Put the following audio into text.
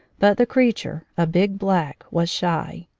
but the creature, a big black, was shy.